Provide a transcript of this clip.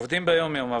עובדים ביום יום.